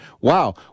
Wow